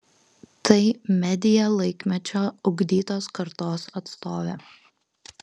tai media laikmečio ugdytos kartos atstovė